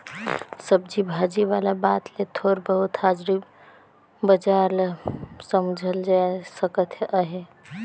सब्जी भाजी वाला बात ले थोर बहुत हाजरी बजार ल समुझल जाए सकत अहे